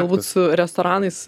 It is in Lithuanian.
galbūt su restoranais